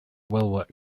woolwich